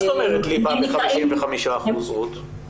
מה זאת אומרת ליבה ב-55%, רות?